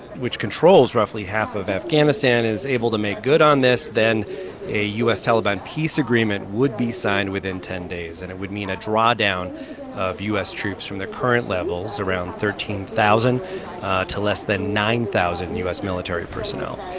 which controls roughly half of afghanistan, is able to make good on this, then a u s taliban peace agreement would be signed within ten days. and it would mean a drawdown of u s. troops from the current levels around thirteen thousand to less than nine thousand u s. military personnel.